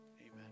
amen